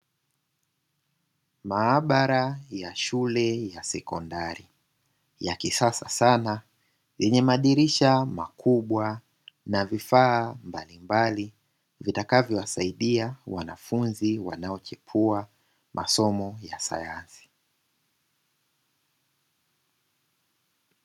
Maabara ya shule ya sekondari. Ya kisasa sana yenye madirisha makubwa na vifaa mbalimbali, vitakavyowasaidia wanafunzi wanaochepua masomo ya sayansi.